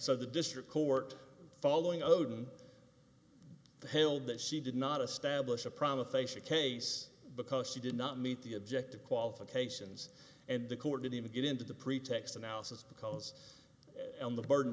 so the district court following oden held that she did not establish a promise facia case because she did not meet the objective qualifications and the court didn't even get into the pretext analysis because the burden